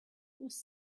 was